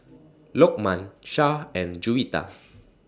Lokman Shah and Juwita